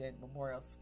Memorial